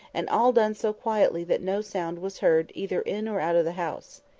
and all done so quietly that no sound was heard either in or out of the house.